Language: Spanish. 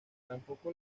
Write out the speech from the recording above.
tampoco